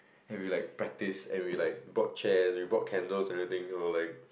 and we like practice and we were like brought chairs we brought candles and everything we were like